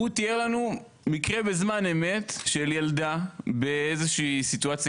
והוא תיאר לנו מקרה בזמן אמת של ילדה באיזושהי סיטואציה